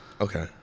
Okay